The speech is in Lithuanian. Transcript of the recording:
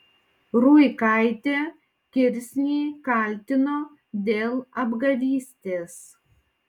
ruikaitė kirsnį kaltino dėl apgavystės